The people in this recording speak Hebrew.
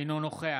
אינו נוכח